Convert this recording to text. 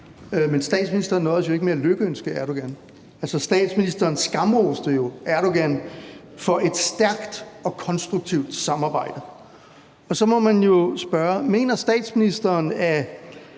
Men statsministeren nøjedes jo ikke med at lykønske Erdogan; statsministeren skamroste jo Erdogan for et stærkt og konstruktivt samarbejde. Så må man jo stille spørgsmålene: Mener statsministeren, at